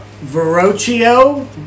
Verrocchio